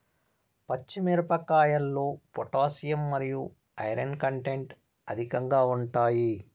పచ్చి మిరపకాయల్లో పొటాషియం మరియు ఐరన్ కంటెంట్ అధికంగా ఉంటాయి